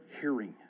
hearing